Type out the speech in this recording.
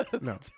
No